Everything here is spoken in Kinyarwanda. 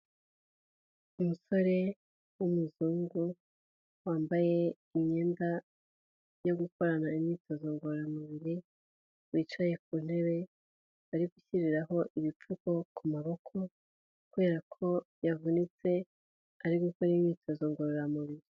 Umusore w'umuzungu wambaye imyenda yo gukorana imyitozo ngororamubiri wicaye, ku ntebe bari gushyiriraho ibipfuko ku maboko kubera ko yavunitse ari gukora imyitozo ngororamubiri.